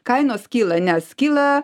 kainos kyla nes kyla